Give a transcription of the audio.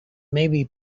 maybe